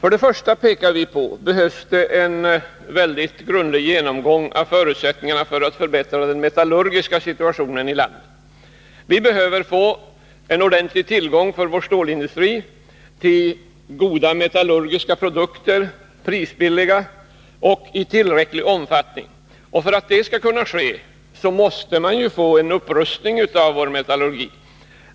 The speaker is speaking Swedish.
Först pekar vi på att det behövs en väldigt grundlig genomgång av förutsättningarna för att förbättra situationen på metallurgiområdet. Vår stålindustri behöver goda metallurgiska produkter till lågt pris och i tillräcklig omfattning. För att möjliggöra detta måste det ske en upprustning av vår metallurgi.